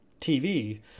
tv